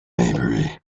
maybury